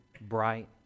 bright